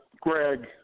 Greg